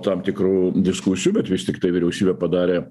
tam tikrų diskusijų bet vis tiktai vyriausybė padarė